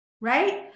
right